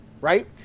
right